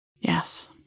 Yes